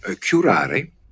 curare